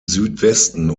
südwesten